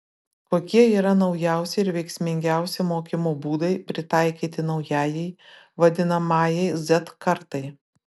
kokie yra naujausi ir veiksmingiausi mokymo būdai pritaikyti naujajai vadinamajai z kartai